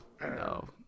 no